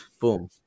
Boom